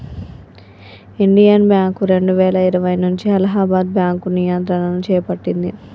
Indian bank రెండువేల ఇరవై నుంచి అలహాబాద్ బ్యాంకు నియంత్రణను చేపట్టింది